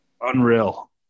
Unreal